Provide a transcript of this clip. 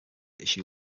issue